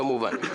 כמובן.